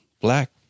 black